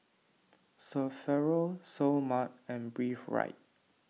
Sephora Seoul Mart and Breathe Right